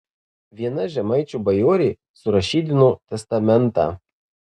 viena žemaičių bajorė surašydino testamentą